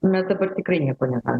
mes dabar tikrai nieko negalim